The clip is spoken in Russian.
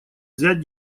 взять